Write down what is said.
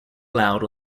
allowed